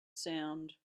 sound